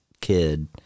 kid